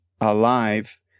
alive